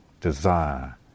desire